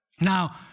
Now